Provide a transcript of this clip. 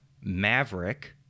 Maverick